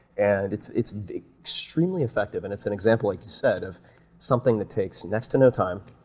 and it's it's extremely effective, and it's an example, like you said, of something that takes next to no time.